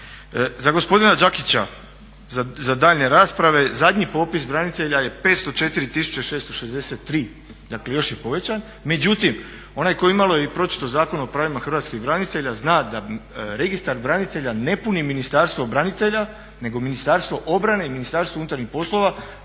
Za gospodina Đakića, za daljnje rasprave, zadnji popis branitelja je 504 tisuće 663, dakle još je povećan. Međutim, onaj tko imalo je pročitao Zakon o pravima hrvatskih branitelja zna da Registar branitelja ne puni Ministarstvo branitelja nego Ministarstvo obrane i Ministarstvo unutarnjih poslova